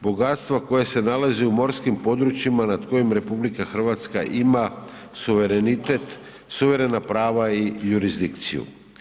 bogatstva koje se nalazu i u morskim područjima nad kojim RH ima suverenitet, suverena prava i jurisdikciju.